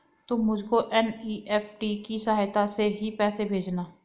तुम मुझको एन.ई.एफ.टी की सहायता से ही पैसे भेजना